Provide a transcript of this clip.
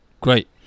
Great